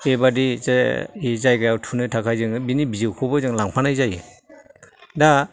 बेबायदि जे जायगायाव थुनो थाखाय जोङो बिनि बिजौखौबो जों लांफानाय जायो दा